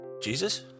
Jesus